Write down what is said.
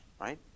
right